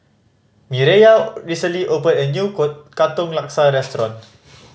Mireya recently opened a new Katong Laksa restaurant